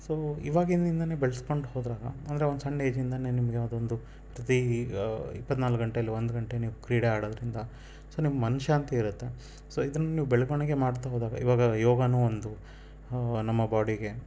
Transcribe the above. so ಇವಾಗಿಂದಿಂದನೇ ಬೆಳ್ಸ್ಕೊಂಡು ಹೋದಾಗ ಅಂದರೆ ಒಂದು ಸಣ್ಣ ಏಜಿಂದನೇ ನಿಮ್ಗೆ ಯಾವುದೋ ಒಂದು ಪ್ರತಿ ಇಪ್ಪತ್ನಾಲ್ಕು ಗಂಟೆಯಲ್ಲಿ ಒಂದು ಗಂಟೆ ನೀವು ಕ್ರೀಡೆ ಆಡೋದ್ರಿಂದ ಸೊ ನಿಮ್ಗೆ ಮನಃಶಾಂತಿ ಇರುತ್ತೆ ಸೊ ಇದನ್ನು ನೀವು ಬೆಳವಣ್ಗೆ ಮಾಡ್ತಾ ಹೋದಾಗ ಇವಾಗ ಯೋಗನೂ ಒಂದು ನಮ್ಮ ಬಾಡಿಗೆ